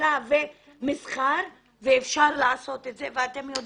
כלכלה ומסחר ואפשר לעשות את זה ואתם יודעים.